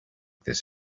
this